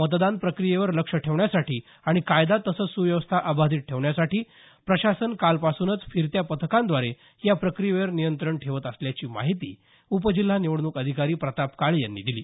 मतदान प्रक्रियेवर लक्ष ठेवण्यासाठी आणि कायदा तसंच सुव्यवस्था अबाधित ठेवण्यासाठी प्रशासन कालपासूनच फिरत्या पथकांद्वारे या प्रक्रियेवर नियंत्रण ठेवत असल्याची माहिती उपजिल्हा निवडणूक अधिकारी प्रताप काळे यांनी दिली